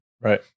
Right